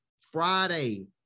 Friday